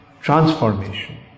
Transformation